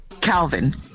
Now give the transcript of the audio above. Calvin